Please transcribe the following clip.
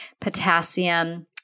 potassium